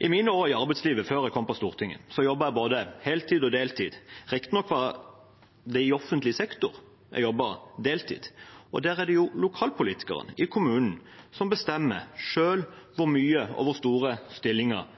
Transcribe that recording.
I mine år i arbeidslivet før jeg kom på Stortinget, jobbet jeg både heltid og deltid. Riktignok var det i offentlig sektor jeg jobbet deltid. I kommunen er det lokalpolitikerne som bestemmer hvor mange og hvor store stillinger